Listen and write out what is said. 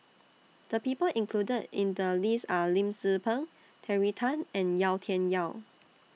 The People included in The list Are Lim Tze Peng Terry Tan and Yau Tian Yau